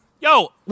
Yo